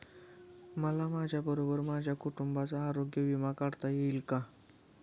मला माझ्याबरोबर माझ्या कुटुंबाचा आरोग्य विमा काढता येईल का?